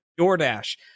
DoorDash